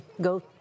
go